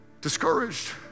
discouraged